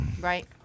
Right